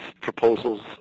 proposals